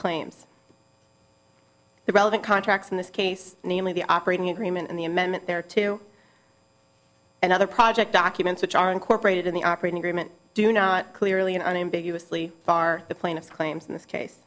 claims the relevant contracts in this case namely the operating agreement and the amendment there to and other project documents which are incorporated in the operating agreement do not clearly and unambiguously bar the plaintiff's claims in this case